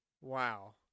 Wow